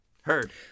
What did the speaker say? Heard